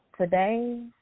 today